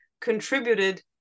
contributed